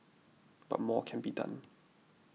but more can be done